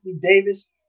Davis